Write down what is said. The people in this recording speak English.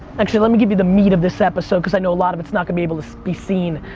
actually let me give you the meat of this episode cause i know a lot of it's not gonna be able to be seen.